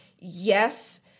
yes